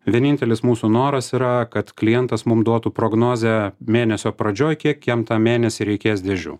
vienintelis mūsų noras yra kad klientas mum duotų prognozę mėnesio pradžioj kiek jam tą mėnesį reikės dėžių